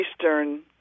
eastern